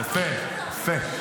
יפה, יפה.